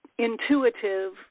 intuitive